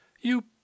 You